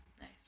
Nice